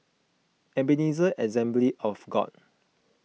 Ebenezer Assembly of God